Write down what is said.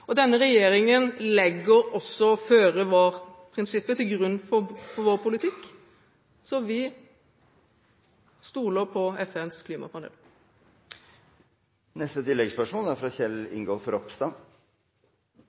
Denne regjeringen legger også føre-var-prinsippet til grunn for sin politikk. Så vi stoler på FNs klimapanel. Kjell Ingolf Ropstad – til oppfølgingsspørsmål. Jeg har behov for å si hvorfor jeg mener det er